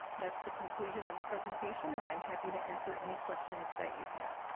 that's the conclusion of the presentation and i'm happy to answer any questions that you have.